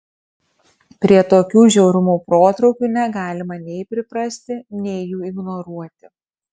prie tokių žiaurumo protrūkių negalima nei priprasti nei jų ignoruoti